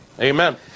Amen